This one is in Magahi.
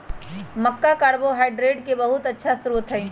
मक्का कार्बोहाइड्रेट के बहुत अच्छा स्रोत हई